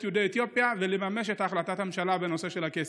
יהודי אתיופיה ולממש את החלטת הממשלה בנושא של הקייסים.